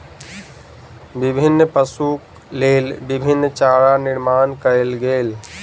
विभिन्न पशुक लेल विभिन्न चारा निर्माण कयल गेल